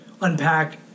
unpack